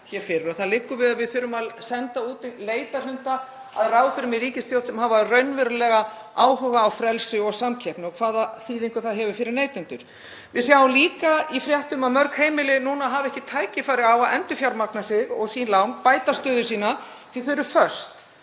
Það liggur við að þurfi að senda út leitarhunda að ráðherrum í ríkisstjórninni sem hafa raunverulegan áhuga á frelsi og samkeppni og hvaða þýðingu það hefur fyrir neytendur. Við sjáum líka í fréttum að mörg heimili núna hafa ekki tækifæri á að endurfjármagna sig og sín lán og bæta stöðu sína, því þau eru föst.